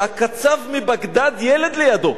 שהקצב מבגדד ילד לידו.